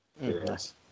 yes